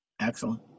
Excellent